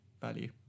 value